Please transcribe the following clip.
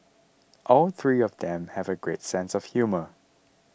all three of them have great sense of humour